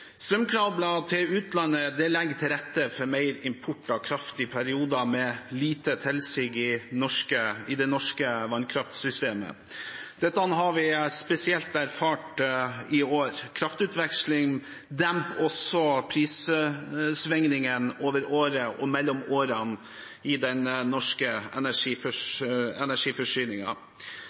utlandet legger til rette for mer import av kraft i perioder med lite tilsig i det norske vannkraftsystemet. Dette har vi spesielt erfart i år. Kraftutveksling demper også prissvingningene over året, og mellom årene, i den norske